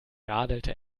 radelte